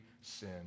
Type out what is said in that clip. sin